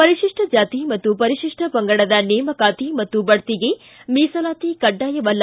ಪರಿಶಿಷ್ಟ ಜಾತಿ ಮತ್ತು ಪರಿಶಿಷ್ಟ ಪಂಗಡದ ನೇಮಕಾತಿ ಮತ್ತು ಬಡ್ತಿಗೆ ಮೀಸಲಾತಿ ಕಡ್ಡಾಯವಲ್ಲ